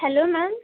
hello ma'am